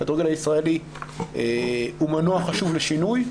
הכדורגל הישראלי הוא מנוע חשוב לשינוי,